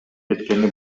кеткени